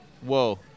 whoa